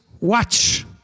watch